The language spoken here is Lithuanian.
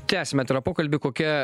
tęsiame pokalbį kokia